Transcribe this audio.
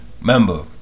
Remember